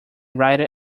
writer